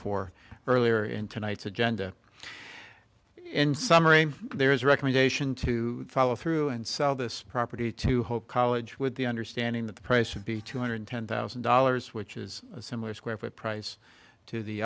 for earlier in tonight's agenda in summary there is a recommendation to follow through and sell this property to whole college with the understanding that the price would be two hundred ten thousand dollars which is a similar square foot price to the